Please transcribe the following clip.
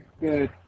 good